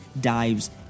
dives